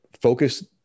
focus